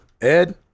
Ed